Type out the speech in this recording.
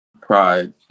pride